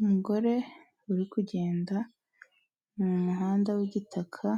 Umugore uri kugenda mu muhanda w'igitaka